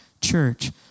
church